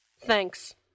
Thanks